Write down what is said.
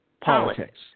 politics